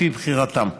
לפי בחירתם.